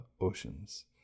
oceans